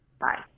Bye